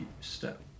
step